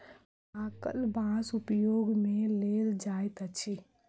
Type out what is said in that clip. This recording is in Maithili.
पाकल बाँस उपयोग मे लेल जाइत अछि